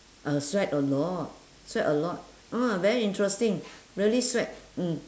I sweat a lot sweat a lot ah very interesting really sweat mm